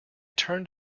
turned